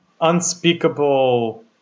unspeakable